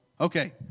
Okay